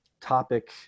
topic